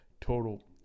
total